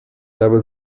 hab